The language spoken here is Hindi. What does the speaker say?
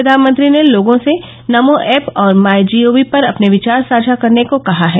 प्रधानमंत्री ने लोगों से नमो ऐप और माइ जीओवी पर अपने विचार साझा करने को कहा है